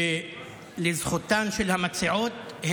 לזכותן של המציעות,